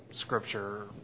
scripture